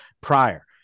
prior